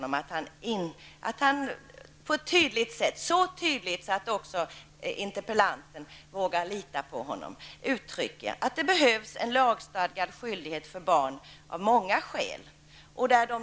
Ännu en gång ber jag Göran Persson att så tydligt att också interpellanten vågar lita på honom uttrycka att det av många skäl behövs en lagstadgad skyldighet när det gäller barnen.